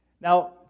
Now